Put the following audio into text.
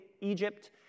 Egypt